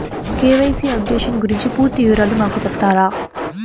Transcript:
KYC updation గురించి పూర్తి వివరాలు మాకు సెప్తారా?